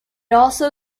also